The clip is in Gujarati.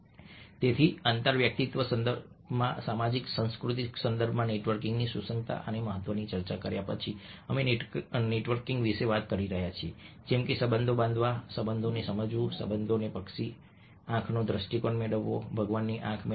તેથી આંતરવ્યક્તિગત સંદર્ભમાં સામાજિક સાંસ્કૃતિક સંદર્ભમાં નેટવર્કિંગની સુસંગતતા અને મહત્વની ચર્ચા કર્યા પછી અમે નેટવર્કિંગ વિશે વાત કરી રહ્યા છીએ જેમ કે સંબંધો બાંધવા સંબંધોને સમજવું સંબંધોને પક્ષી આંખનો દૃષ્ટિકોણ મેળવવો ભગવાનની આંખ મેળવવી